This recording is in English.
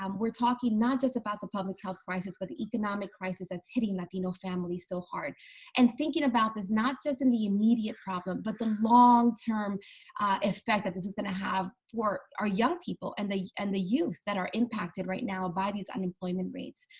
um we're talking not just about the public health crisis but the economic crisis that's hitting latino families so hard and thinking about this not just in the immediate problem, but the long-term ah effect that this is going to have for our young people and the and the youth that are impacted right now by these unemployment rates,